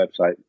website